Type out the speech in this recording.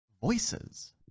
Voices